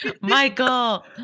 michael